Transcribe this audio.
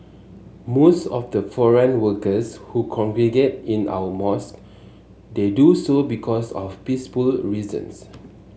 most of the foreign workers who congregate in our mosques they do so because of peaceful reasons